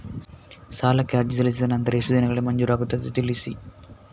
ಸಾಲಕ್ಕೆ ಅರ್ಜಿ ಸಲ್ಲಿಸಿದ ನಂತರ ಎಷ್ಟು ದಿನಗಳಲ್ಲಿ ಮಂಜೂರಾಗುತ್ತದೆ ತಿಳಿಸಿ?